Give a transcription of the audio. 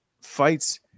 fights